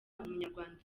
umunyarwanda